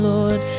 Lord